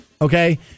Okay